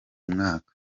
mwaka